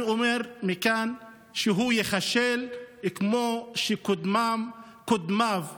אני אומר מכאן שהוא ייכשל כמו שקודמיו כשלו,